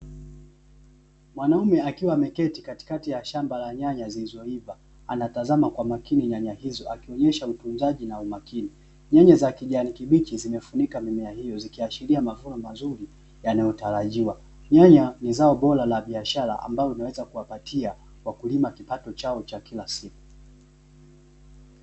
Mwanaume akiwa ameketi katikati ya shamba la nyanya zilizoiva, anatazama kwa umakini nyanya hizo akionyesha utunzaji na umakini. Nyanya za kijani kibichi zimefunika mimea hio zikiashiria mavuno mazuri yanayotarajiwa. Nyanya ni zao bora la biashara, ambalo linaweza kuwapatia wakulima kipato chao cha kila siku.